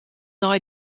nei